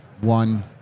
One